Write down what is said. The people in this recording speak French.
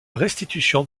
restitution